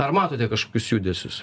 ar matote kažkokius judesius